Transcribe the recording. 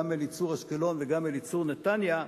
גם "אליצור אשקלון" וגם "אליצור נתניה",